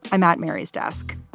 i'm at mary's desk.